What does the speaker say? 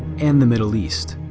and the middle east.